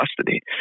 custody